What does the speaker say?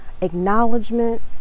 acknowledgement